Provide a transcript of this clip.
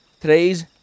Today's